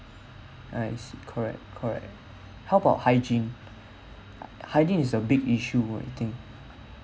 ah it's correct correct how about hygiene hygiene is a big issue work I think